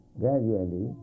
gradually